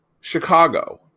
Chicago